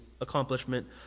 accomplishment